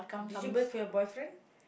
did you bake for your boyfriend